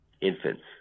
infants